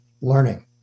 learning